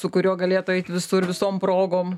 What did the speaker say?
su kuriuo galėtų eit visur visom progom